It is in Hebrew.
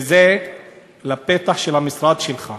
וזה לפתח המשרד שלך.